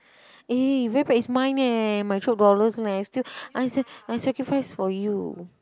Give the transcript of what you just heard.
eh very bad it's mine eh my Chope dollars leh I still I sa~ I sacrifice for you